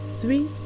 three